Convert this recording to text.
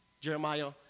Jeremiah